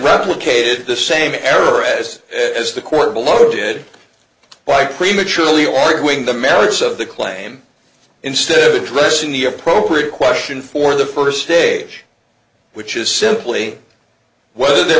replicated this same error as as the court below did by prematurely arguing the merits of the claim instead of addressing the appropriate question for the first day which is simply whether there